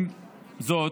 עם זאת,